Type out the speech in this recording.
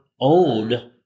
own